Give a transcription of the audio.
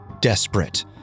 desperate